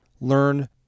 learn